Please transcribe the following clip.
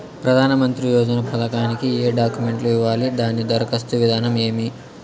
ప్రధానమంత్రి యోజన పథకానికి ఏ డాక్యుమెంట్లు ఇవ్వాలి దాని దరఖాస్తు విధానం ఏమి